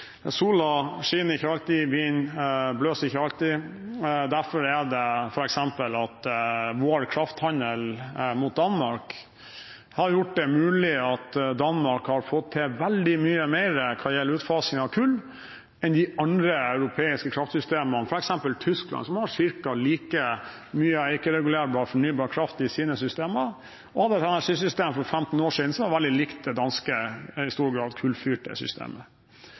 sola skinner ikke alltid, vinden blåser ikke alltid, og derfor har f.eks. vår krafthandel med Danmark gjort det mulig for Danmark å få til veldig mye mer hva gjelder utfasing av kull, enn de andre europeiske kraftsystemene, f.eks. Tyskland som har ca. like mye ikke-regulerbar fornybar kraft i sine systemer, og hadde et energisystem for 15 år siden som var veldig likt det danske, i stor grad kullfyrte, systemet.